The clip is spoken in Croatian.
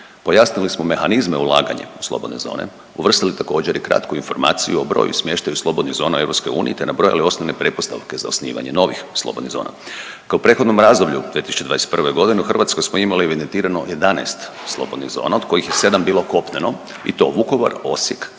pojasnili smo mehanizme ulaganja u slobodne zone, uvrstili također, i kratku informaciju o broju i smještaju slobodnih zona u EU te nabrojali osnovne pretpostavke za osnivanje novih slobodnih zona. Kao u prethodnom razdoblju 2021. g., u Hrvatskoj smo imali evidentirano 11 slobodnih zona, od kojih je 7 bilo kopneno i to Vukovar, Osijek, Krapina,